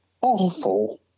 Awful